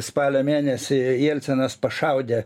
spalio mėnesį jensenas pašaudė